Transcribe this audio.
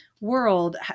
world